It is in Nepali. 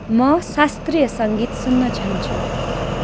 म शास्त्रीय सङ्गीत सुन्न चाहन्छु